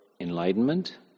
enlightenment